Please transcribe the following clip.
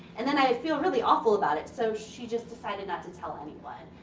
and then i feel really awful about it. so, she just decided not to tell anyone.